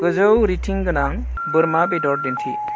गोजौ रेटिंगोनां बोरमा बेदर दिन्थि